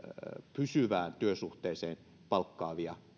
pysyvään työsuhteeseen palkkaavia